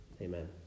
Amen